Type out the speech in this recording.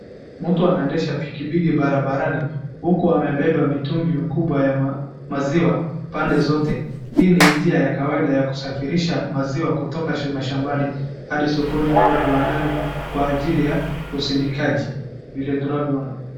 Mtu anaendesha pikipiki barabarani huku amebeba mitungi mikubwa ya maziwa pande zote. Hiii ni njia ya kawaida ya kusafirisha maziwa kutoka mashambani hadi sokoni au viwandani kwa ajili ya usindikaji vile tunavyo ona.